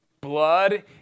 blood